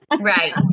Right